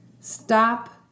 stop